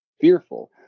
fearful